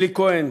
אלי כהן,